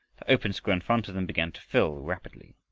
the open square in front of them began to fill rapidly.